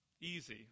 easy